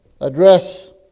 address